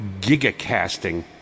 gigacasting